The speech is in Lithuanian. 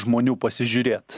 žmonių pasižiūrėt